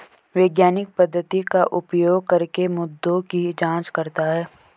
वैज्ञानिक पद्धति का उपयोग करके मुद्दों की जांच करता है